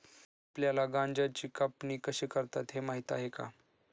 आपल्याला गांजाची कापणी कशी करतात हे माहीत आहे का?